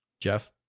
Jeff